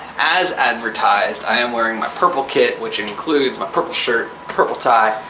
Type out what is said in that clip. as advertised, i am wearing my purple kit, which includes my purple shirt, purple tie,